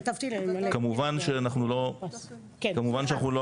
כמובן שאנחנו לא